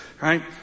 Right